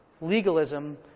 legalism